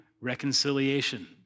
reconciliation